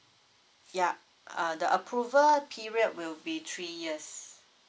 ya uh the approval period will be three years